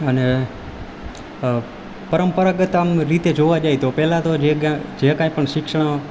અને પરંપરાગત આમ રીતે જોવા જઈએ તો પહેલાં તો જે કંઈપણ શિક્ષણ